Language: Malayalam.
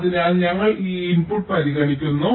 അതിനാൽ ഞങ്ങൾ ഈ ഇൻപുട്ട് പരിഗണിക്കുന്നു